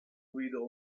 guido